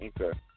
Okay